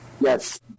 Yes